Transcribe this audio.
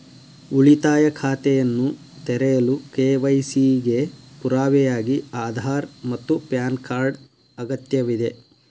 ಉಳಿತಾಯ ಖಾತೆಯನ್ನು ತೆರೆಯಲು ಕೆ.ವೈ.ಸಿ ಗೆ ಪುರಾವೆಯಾಗಿ ಆಧಾರ್ ಮತ್ತು ಪ್ಯಾನ್ ಕಾರ್ಡ್ ಅಗತ್ಯವಿದೆ